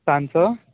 सांजचो